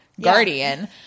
guardian